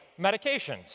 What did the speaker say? medications